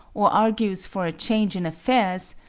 or argues for a change in affairs,